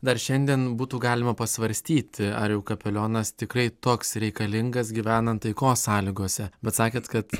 dar šiandien būtų galima pasvarstyti ar jau kapelionas tikrai toks reikalingas gyvenant taikos sąlygose bet sakėt kad